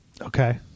Okay